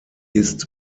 ist